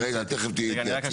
אוקיי, רגע, תכף תהיה התייעצות.